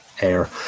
air